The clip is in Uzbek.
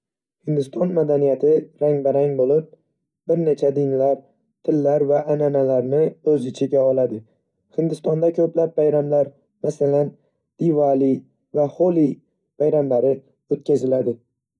Hindiston madaniyati rang-barang bo'lib, bir necha dinlar, tillar va an'analarni o'z ichiga oladi. Hindistonda ko'plab bayramlar, masalan, Diwali va Holi bayramlari o'tkaziladi.